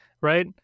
right